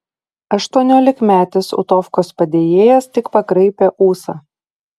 aštuoniolikmetis utovkos padėjėjas tik pakraipė ūsą